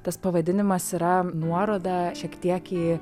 tas pavadinimas yra nuoroda šiek tiek į